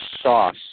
sauce